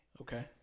Okay